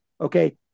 Okay